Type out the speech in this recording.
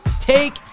Take